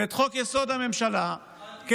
הכנסת ואת חוק-יסוד: הממשלה, אל תיתן לו רעיונות.